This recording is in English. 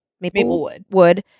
Maplewood